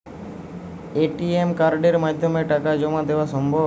ATM কার্ডের মাধ্যমে টাকা জমা দেওয়া সম্ভব?